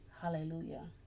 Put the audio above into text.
Hallelujah